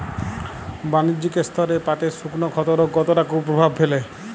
বাণিজ্যিক স্তরে পাটের শুকনো ক্ষতরোগ কতটা কুপ্রভাব ফেলে?